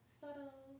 subtle